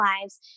lives